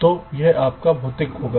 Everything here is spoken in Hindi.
तो यह आपका भौतिक होगा